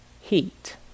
heat